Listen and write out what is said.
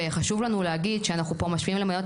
חשוב לנו להגיד שאנחנו משווים פה למדינות